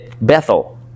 Bethel